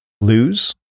lose